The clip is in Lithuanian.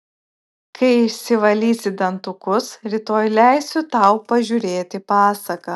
kai išsivalysi dantukus rytoj leisiu tau pažiūrėti pasaką